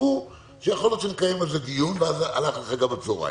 צפו שיכול להיות שנקיים על זה דיון ואז הלך לך גם הצוהריים.